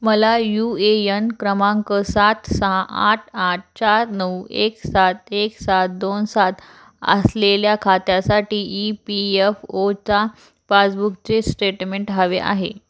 मला U A N क्रमांक सात सहा आठ आठ चार नऊ एक सात एक सात दोन सात असलेल्या खात्यासाठी ई पी यफ ओचा पासबुकचे स्टेटमेंट हवे आहे